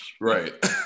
Right